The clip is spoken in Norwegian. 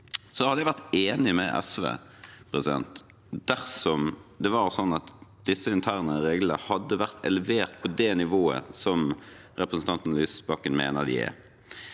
Jeg hadde vært enig med SV dersom det var sånn at disse interne reglene hadde vært elevert på det nivået som representanten Lysbakken mener de